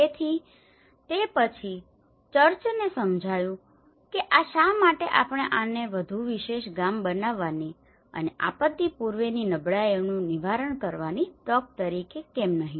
તેથી તે પછી ચર્ચને સમજાયું છે કે શા માટે આપણે આને વધુ વિશેષ ગામ બનાવવાની અને આપત્તિ પૂર્વેની નબળાઈઓનું નિવારણ કરવાની તક તરીકે કેમ નહીં